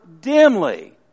dimly